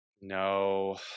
No